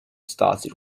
started